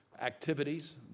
activities